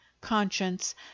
conscience